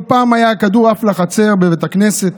לא פעם היה הכדור עף לחצר בית הכנסת.